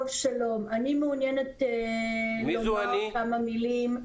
אני מעוניינת לומר כמה מילים.